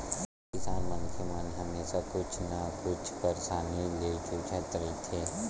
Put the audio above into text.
किसान मनखे मन हमेसा कुछु न कुछु परसानी ले जुझत रहिथे